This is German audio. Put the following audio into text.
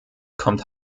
kommt